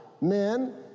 men